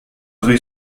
rue